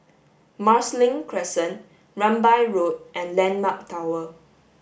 Marsiling Crescent Rambai Road and Landmark Tower